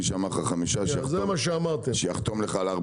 מי שאמר לך שיחתום לך על זה.